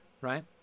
right